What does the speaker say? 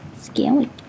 scary